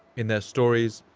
in their stories,